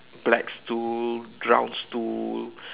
black stool brown stool